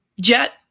jet